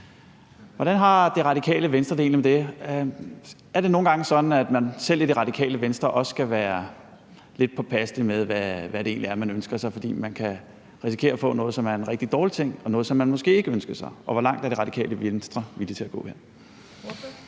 Hvordan har Radikale Venstre det egentlig med det? Er det nogle gange sådan, at man selv i Radikale Venstre også skal være lidt påpasselig med, hvad man egentlig ønsker sig, fordi man kan risikere at få noget, som er en rigtig dårlig ting, og noget, som man måske ikke ønskede sig? Og hvor langt er Radikale Venstre villige til at gå her?